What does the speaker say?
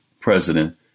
president